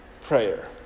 prayer